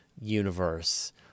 universe